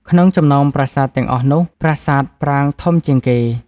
ក្នុងចំណោមប្រាសាទទាំងអស់នោះ ប្រាសាទប្រាង្គធំជាងគេ ។